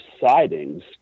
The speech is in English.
sightings